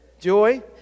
joy